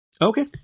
okay